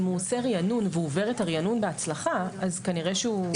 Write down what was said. אם הוא עושה ריענון והוא עובר את הריענון בהצלחה אז כנראה שהוא...